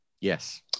yes